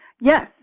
Yes